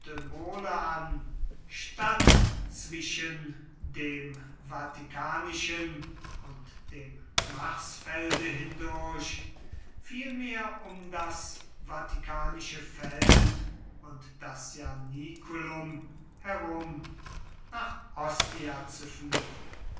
statt zwischen dem vaticanischen und dem marsfelde hindurch vielmehr um das vaticanische feld und das ianiculum herum nach ostia zu führen